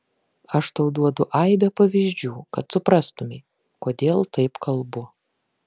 aš tau duodu aibę pavyzdžių kad suprastumei kodėl taip kalbu